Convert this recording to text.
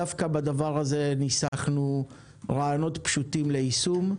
דווקא בדבר הזה ניסחנו רעיונות פשוטים ליישום,